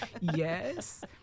yes